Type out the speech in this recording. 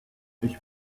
ich